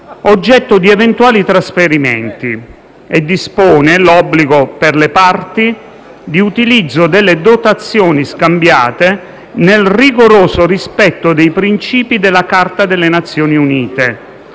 oggetto di eventuali trasferimenti e dispone l'obbligo per le parti di utilizzo delle dotazioni scambiate nel rigoroso rispetto dei principi della Carta delle Nazioni Unite,